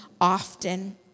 often